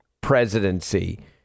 presidency